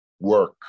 Work